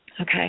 Okay